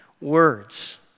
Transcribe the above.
words